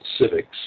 civics